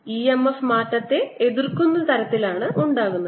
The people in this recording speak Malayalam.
EMF മാറ്റത്തെ എതിർക്കുന്ന തരത്തിലാണ് ഉണ്ടാകുന്നത്